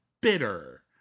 bitter